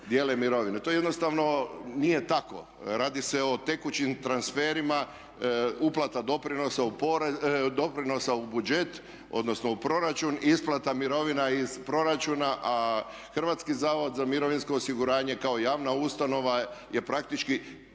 To jednostavno nije tako. Radi se o tekućim transferima uplata doprinosa u budžet, odnosno u proračun i isplata mirovina iz proračuna a HZMO kao javna ustanova je praktički tehnički